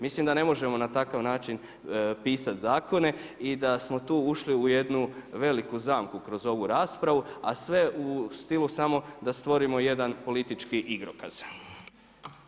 Mislim da ne možemo na takav način pisati zakone i da smo tu ušli u jednu veliku zamku kroz ovu raspravu, a sve u stilu samo da stvorimo jedan politički igrokaz.